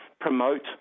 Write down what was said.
promote